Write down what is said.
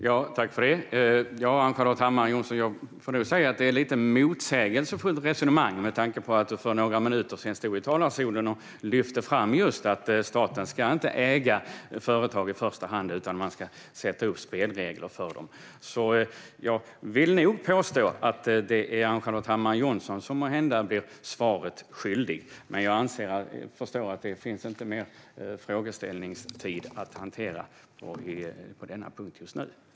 Herr talman! Jag får nog säga, Ann-Charlotte Hammar Johnsson, att det är ett lite motsägelsefullt resonemang med tanke på att du för några minuter sedan stod i talarstolen och lyfte fram just att staten inte i första hand ska äga företag utan sätta upp spelregler för dem. Jag vill nog påstå att det är Ann-Charlotte Hammar Johnsson som måhända blir svaret skyldig, men jag förstår att det inte finns mer frågeställningstid att hantera på denna punkt just nu.